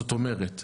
זאת אומרת,